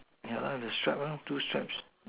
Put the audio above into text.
yeah the stripe two stripes